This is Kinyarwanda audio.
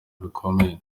bikomeye